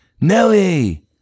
Nelly